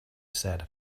said